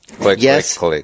yes